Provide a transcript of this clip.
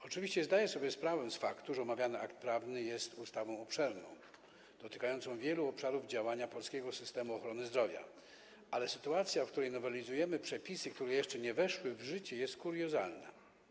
Oczywiście zdaję sobie sprawę z faktu, że omawiany akt prawny jest ustawą obszerną, dotykającą wielu obszarów działania polskiego systemu ochrony zdrowia, ale sytuacja, w której nowelizujemy przepisy, które jeszcze nie weszły w życie, jest kuriozalna.